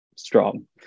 Strong